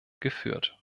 geführt